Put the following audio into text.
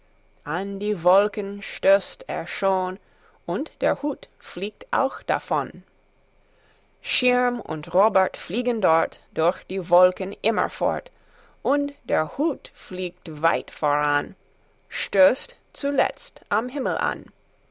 an die wolken stößt er schon und der hut fliegt auch davon schirm und robert fliegen dort durch die wolken immerfort und der hut fliegt weit voran stößt zuletzt am himmel an